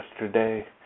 yesterday